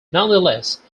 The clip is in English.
nonetheless